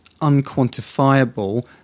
unquantifiable